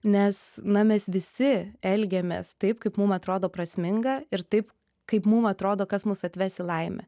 nes na mes visi elgiamės taip kaip mum atrodo prasminga ir taip kaip mum atrodo kas mus atves į laimę